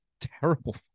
terrible